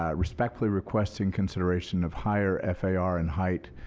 ah respectfully request and consideration of higher far and height.